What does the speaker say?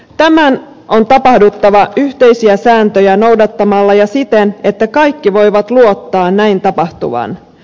tämän on tapahduttava yhteisiä sääntöjä noudattamalla ja siten että kaikki voivat luottaa näin tapahtuvan